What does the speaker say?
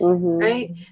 right